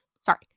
sorry